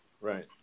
Right